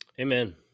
Amen